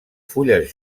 fulles